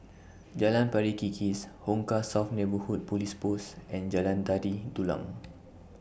Jalan Pari Kikis Hong Kah South Neighbourhood Police Post and Jalan Tari Dulang